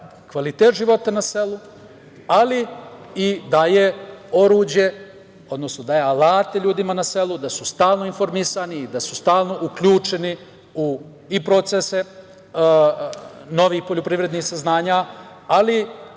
kvalitet života na selu, ali i daje oruđe, odnosno daje alata ljudima na selu da su stalno informisani i da su stalno uključeni u procese novih poljoprivrednih saznanja, ali